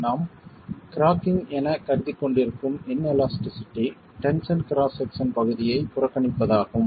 நாம் கிராக்கிங் என கருதிக்கொண்டிருக்கும் இன்யெலஸ்ட்சிட்டி டென்ஷன் கிராஸ் செக்சன் பகுதியை புறக்கணிப்பதாகும்